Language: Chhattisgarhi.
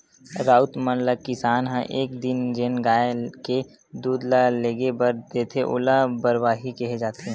राउत मन ल किसान ह एक दिन जेन गाय के दूद ल लेगे बर देथे ओला बरवाही केहे जाथे